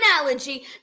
analogy